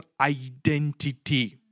identity